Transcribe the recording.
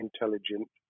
intelligent